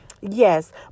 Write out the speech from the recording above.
Yes